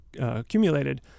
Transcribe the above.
accumulated